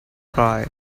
cry